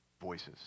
Voices